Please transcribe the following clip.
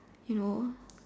you know